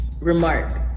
remark